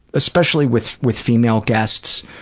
especially with with female guests.